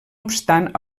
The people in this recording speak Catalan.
obstant